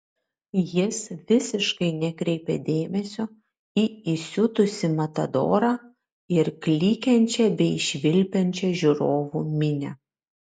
jis visiškai nekreipė dėmesio į įsiutusį matadorą ir klykiančią bei švilpiančią žiūrovų minią